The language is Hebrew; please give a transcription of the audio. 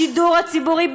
השידור הציבורי,